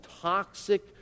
toxic